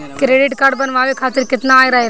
Credit card बनवाए के खातिर केतना आय रहेला?